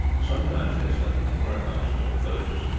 sometimes they slept at farm-houses or villages,